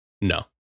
no